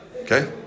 Okay